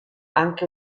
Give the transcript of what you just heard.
anche